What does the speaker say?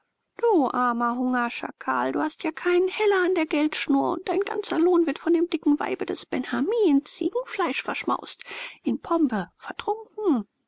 du armer hungerschakal du hast ja keinen heller an der geldschnur und dein ganzer lohn wird von dem dicken weibe des benhammi in ziegenfleisch verschmaust in pombe vertrunken